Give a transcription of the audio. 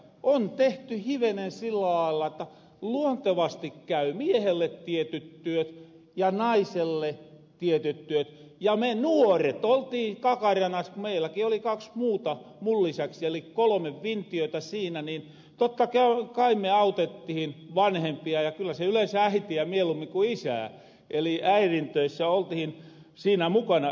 on tehty hivenen sillä lailla että luontevasti käy miehelle tietyt työt ja naiselle tietyt työt ja me nuoret kakarana meilläki oli kaks muuta mun lisäks eli kolme vintiötä siinä totta kai autettihin vanhempia ja kyllä yleensä äitiä mieluummin kuin isää eli äirin töissä oltihin siinä mukana